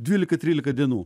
dvylika trylika dienų